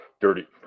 dirty